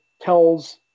tells